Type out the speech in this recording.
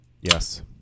Yes